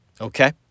Okay